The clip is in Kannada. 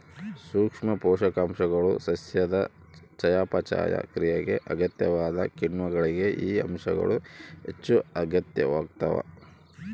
ಸೂಕ್ಷ್ಮ ಪೋಷಕಾಂಶಗಳು ಸಸ್ಯದ ಚಯಾಪಚಯ ಕ್ರಿಯೆಗೆ ಅಗತ್ಯವಾದ ಕಿಣ್ವಗಳಿಗೆ ಈ ಅಂಶಗಳು ಹೆಚ್ಚುಅಗತ್ಯವಾಗ್ತಾವ